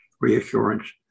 reassurance